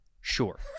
sure